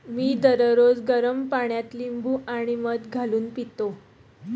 मी दररोज गरम पाण्यात लिंबू आणि मध घालून पितो